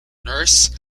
nurse